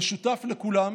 המשותף לכולם הוא